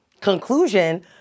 conclusion